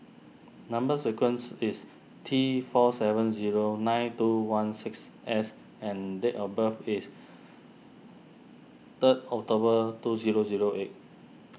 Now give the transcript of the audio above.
Number Sequence is T four seven zero nine two one six S and date of birth is third October two zero zero eight